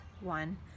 one